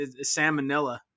salmonella